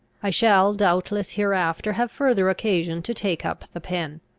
i shall doubtless hereafter have further occasion to take up the pen.